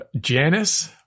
Janice